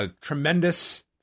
tremendous